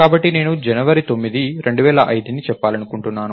కాబట్టి నేను జనవరి 9 2005 ని చెప్పాలనుకుంటున్నాను